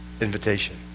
invitation